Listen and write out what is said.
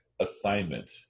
assignment